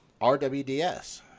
RWDS